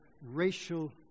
racial